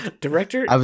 Director